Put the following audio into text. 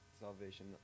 salvation